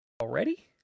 Already